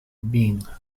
byng